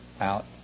out